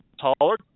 taller